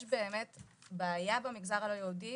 יש בעיה במגזר הלא יהודי,